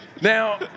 Now